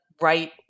right